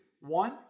one